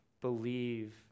believe